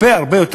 הרבה הרבה יותר,